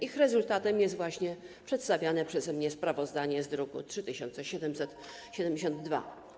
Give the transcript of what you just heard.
Ich rezultatem jest przedstawiane przeze mnie sprawozdanie z druku nr 3772.